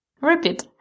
Repeat